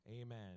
Amen